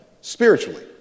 spiritually